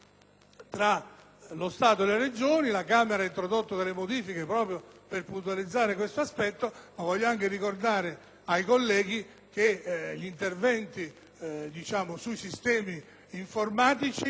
tra lo Stato e le Regioni. La Camera ha introdotto alcune modifiche proprio per puntualizzare questo aspetto. Ricordo inoltre ai colleghi che gli interventi sui sistemi informatici